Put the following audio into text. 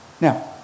Now